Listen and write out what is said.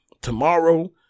Tomorrow